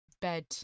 bed